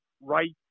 rights